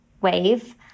wave